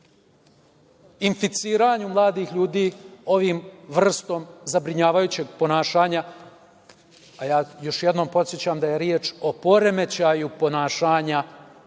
inficiranju mladih ljudi ovom vrstom zabrinjavajućeg ponašanja. Još jednom podsećam da je reč o poremećaju ponašanja